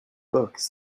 books